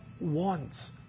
wants